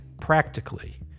practically